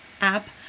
app